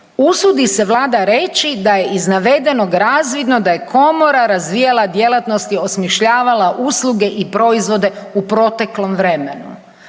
usudi se Vlada reći da je iz navedenog razvidno da je komora razvijala djelatnosti, osmišljavala usluge i proizvode u proteklom vremenu.